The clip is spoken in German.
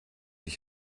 ich